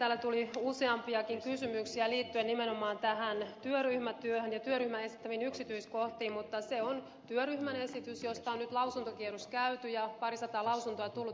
täällä tuli useampiakin kysymyksiä liittyen nimenomaan tähän työryhmätyöhön ja työryhmän esittämiin yksityiskohtiin mutta se on työryhmän esitys josta on nyt lausuntokierros käyty ja parisataa lausuntoa tullut